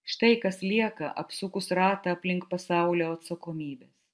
štai kas lieka apsukus ratą aplink pasaulio atsakomybes